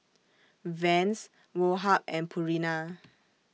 Vans Woh Hup and Purina